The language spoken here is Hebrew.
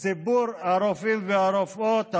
ציבור הרופאים והרופאות,